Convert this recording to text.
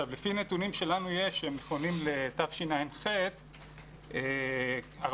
לפי נתונים שלנו יש, שהם נכונים לתשע"ח, 45%